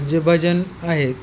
जे भजन आहेत